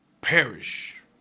perish